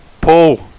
Paul